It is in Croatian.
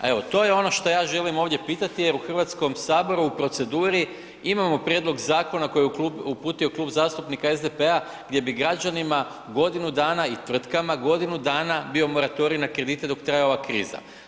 Evo, to je ono što ja želim ovdje pitati jer u Hrvatskome saboru u proceduri imamo prijedlog zakona koji je uputio Klub zastupnika SDP-a gdje bi građanima godinu dana, i tvrtkama, godinu dana bio moratorij na kredite dok traje ova kriza.